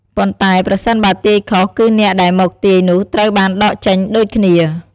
ប៉ុន្តែប្រសិនបើទាយខុសគឺអ្នកដែលមកទាយនោះត្រូវបានដកចេញដូចគ្នា។